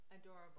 Adorable